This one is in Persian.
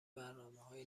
برنامههای